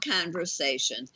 conversation